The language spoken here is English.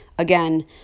Again